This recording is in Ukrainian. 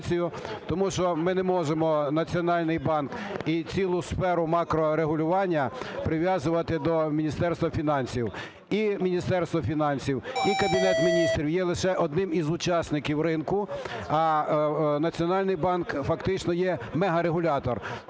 тому що ми не можемо Національний банк і цілу сферу макрорегулювання прив'язувати до Міністерства фінансів. І Міністерство фінансів, і Кабінет Міністрів є лише одним із учасників ринку, а Національний банк фактично є мегарегулятор.